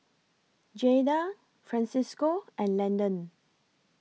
Jaida Francisco and Landen